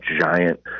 giant